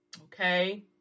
okay